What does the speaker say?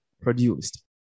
produced